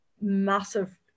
massive